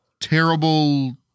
terrible